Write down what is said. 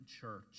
church